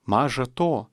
maža to